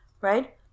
right